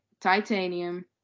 Titanium